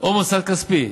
או מוסד כספי.